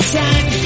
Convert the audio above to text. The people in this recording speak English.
time